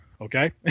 Okay